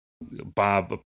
bob